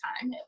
time